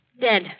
Dead